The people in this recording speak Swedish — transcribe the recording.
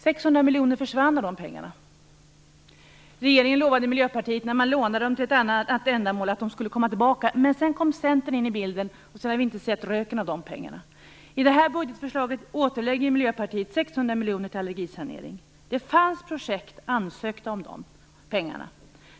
600 miljoner kronor av pengarna försvann. När regeringen lånade pengarna till ett annat ändamål lovade man Miljöpartiet att de skulle komma tillbaka. Men sedan kom Centern in i bilden, och därefter har vi inte sett röken av pengarna. I det här budgetförslaget återlägger Miljöpartiet 600 miljoner kronor till allergisanering. Det fanns projekt för vilka det hade ansökts om dessa pengar.